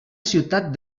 ciutat